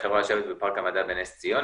החברה יושבת בפארק המדע בנס ציונה,